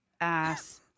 ass